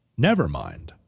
Nevermind